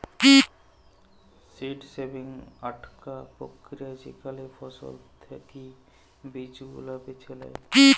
seed saving আকটা প্রক্রিয়া যেখালে ফসল থাকি বীজ গুলা বেছে লেয়